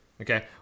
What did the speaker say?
okay